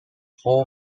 four